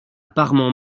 parements